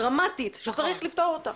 בעיה דרמטית שצריך לפתור אותה.